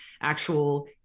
actual